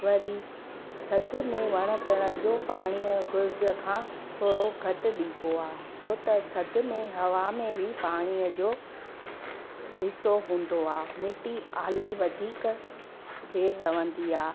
वरी थधि में वण टिण जो पाणी जो घुर्ज खां थोरो घटि ॾिबो आहे छो त थधि में हवा में बि पाणीअ जो हिसो हूंदो आहे मिटी आली वधीक देर रहंदी आहे